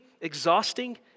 exhausting